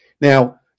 Now